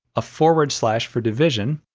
a forward slash for division,